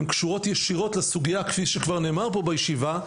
והן קשורות ישירות לסוגייה כפי שכבר נאמר פה בישיבה,